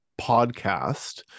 podcast